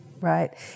Right